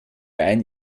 einen